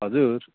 हजुर